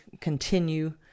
continue